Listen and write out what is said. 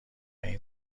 این